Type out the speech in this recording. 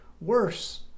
worse